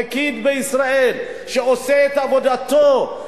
פקיד בישראל שעושה את עבודתו.